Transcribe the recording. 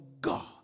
God